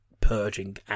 purging